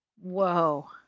Whoa